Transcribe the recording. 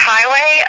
Highway